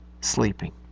sleeping